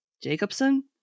jacobson